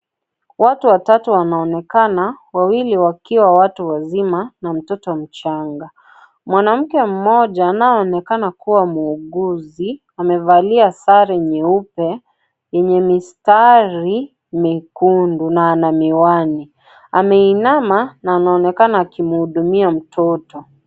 Watu watatu wanaonekana wawili wakiwa watu wazima na mtoto mchanga. Mwanamke mmoja anayeonekana kuwa muuguzi, amevalia sare nyeupe yenye mistari miekundu na ana miwani. Ameinama na anaonekana akimuhudumia mtoto.